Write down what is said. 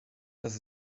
das